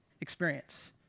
experience